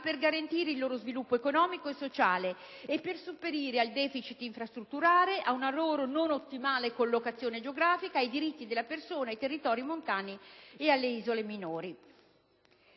per garantire il loro sviluppo economico e sociale e per sopperire al deficit infrastrutturale, a una loro non ottimale collocazione geografica, ai diritti della persona, ai territori montani e alle isole minori.